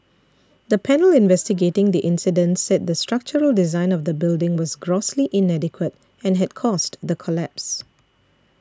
the panel investigating the incident said the structural design of the building was grossly inadequate and had caused the collapse